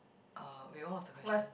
uh wait what was the question